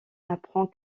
apprend